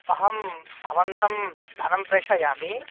अहं भवते धनं प्रेषयामि